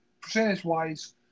percentage-wise